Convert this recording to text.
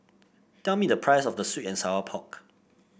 tell me the price of sweet and Sour Pork